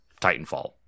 Titanfall